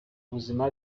ubuzima